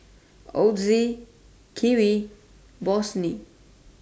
Ozi Kiwi Bossini